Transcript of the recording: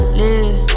live